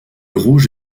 rouge